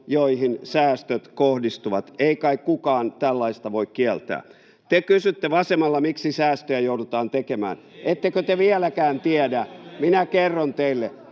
joihin säästöt kohdistuvat. Ei kai kukaan tällaista voi kieltää. Te kysytte vasemmalla, miksi säästöjä joudutaan tekemään. [Vasemmalta: Ei!] Ettekö te vieläkään tiedä? Minä kerron teille: